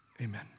amen